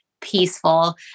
peaceful